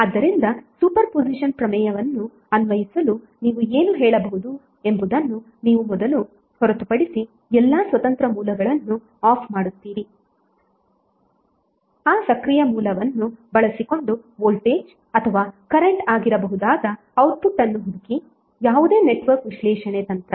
ಆದ್ದರಿಂದ superposition ಪ್ರಮೇಯವನ್ನು ಅನ್ವಯಿಸಲು ನೀವು ಏನು ಹೇಳಬಹುದು ಎಂಬುದನ್ನು ನೀವು ಮೊದಲು ಹೊರತುಪಡಿಸಿ ಎಲ್ಲಾ ಸ್ವತಂತ್ರ ಮೂಲಗಳನ್ನು ಆಫ್ ಮಾಡುತ್ತೀರಿ ಆ ಸಕ್ರಿಯ ಮೂಲವನ್ನು ಬಳಸಿಕೊಂಡು ವೋಲ್ಟೇಜ್ ಅಥವಾ ಕರೆಂಟ್ ಆಗಿರಬಹುದಾದ ಔಟ್ಪುಟ್ ಅನ್ನು ಹುಡುಕಿ ಯಾವುದೇ ನೆಟ್ವರ್ಕ್ ವಿಶ್ಲೇಷಣೆ ತಂತ್ರ